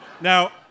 Now